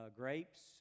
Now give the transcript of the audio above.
grapes